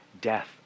death